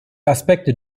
aspekte